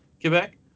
Quebec